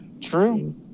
True